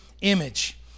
image